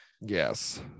yes